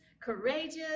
courageous